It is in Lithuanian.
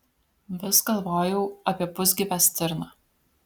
vis galvojau apie pusgyvę stirną